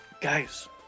Guys